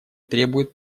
требует